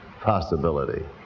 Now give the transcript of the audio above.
possibility